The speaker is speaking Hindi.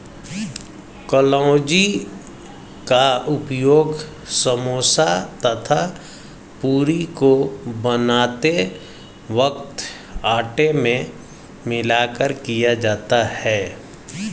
कलौंजी का उपयोग समोसा तथा पूरी को बनाते वक्त आटे में मिलाकर किया जाता है